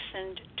listened